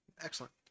Excellent